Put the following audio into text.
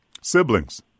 siblings